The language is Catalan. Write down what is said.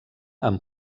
amb